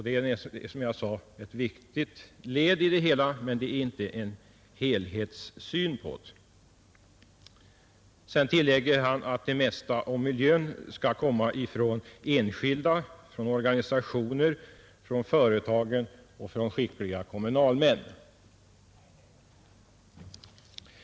Det är, som jag sade, ett viktigt led i det hela, men det är inte en helhetssyn. Sedan tillägger han att det mesta om miljön skall komma från enskilda, från organisationer, från företagen och från skickliga kommunalmän.